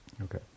Okay